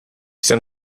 jsem